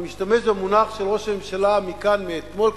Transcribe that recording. אני משתמש במונח של ראש הממשלה כאן אתמול,